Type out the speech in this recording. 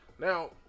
Now